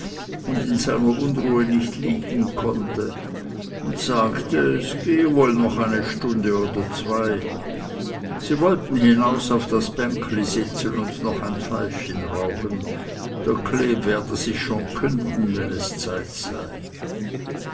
und in seiner unruhe nicht liegen konnte und sagte es gehe wohl noch eine stunde oder zwei sie wollten hinaus auf das bänkli sitzen und noch ein pfeifchen rauchen der kleb werde sich schon künden wenn es zeit sei